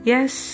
Yes